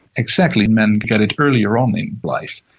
exactly. men get it earlier on in life.